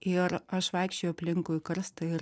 ir aš vaikščiojau aplinkui karstą ir